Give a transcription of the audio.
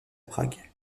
prague